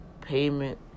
payment